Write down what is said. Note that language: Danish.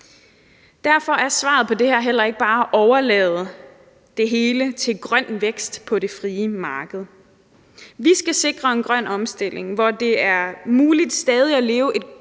Derfor er svaret på det her heller ikke bare at overlade det hele til grøn vækst på det frie marked. Vi skal sikre en grøn omstilling, hvor det er muligt stadig at leve et